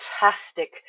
fantastic